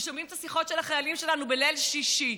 ושומעים את השיחות של החיילים שלנו בליל שישי.